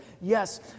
Yes